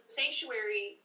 sanctuary